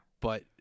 But-